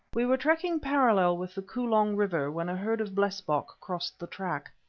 we were trekking parallel with the kolong river when a herd of blesbock crossed the track.